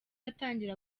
atangira